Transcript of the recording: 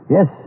Yes